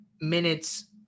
minutes